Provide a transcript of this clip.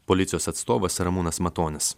policijos atstovas ramūnas matonis